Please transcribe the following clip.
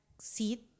seat